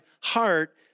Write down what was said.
heart